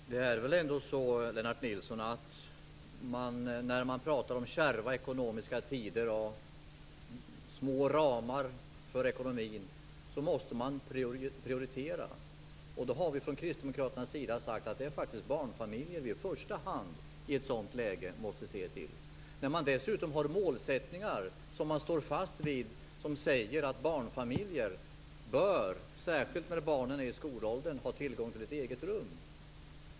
Fru talman! Det är väl ändå så, Lennart Nilsson, att när man pratar om kärva ekonomiska tider och små ramar för ekonomin måste man prioritera. Från kristdemokraternas sida har vi sagt att det faktiskt är barnfamiljer vi i första hand måste se till i ett sådant läge. Dessutom har man målsättningar som man står fast vid, som säger att barn, särskilt i skolåldern, bör ha tillgång till ett eget rum.